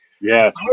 Yes